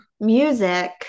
music